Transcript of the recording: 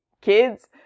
kids